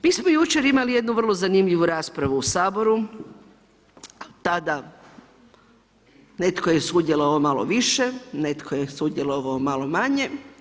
Mi smo jučer imali jednu vrlo zanimljivu raspravu u Saboru, tada je netko sudjelovao malo više, netko je sudjelovao malo manje.